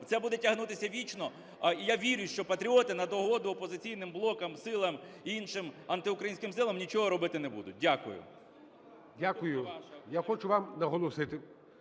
це буде тягнутися вічно. І я вірю, що патріоти на догоду опозиційним блокам, силам і іншим антиукраїнським силам нічого робити не будуть. Дякую. ГОЛОВУЮЧИЙ. Дякую. Я хочу вам наголосити,